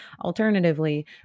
alternatively